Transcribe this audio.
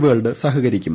world സഹകരിക്കും